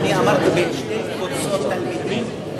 אני אמרתי בין שתי קבוצות בבית-הספר,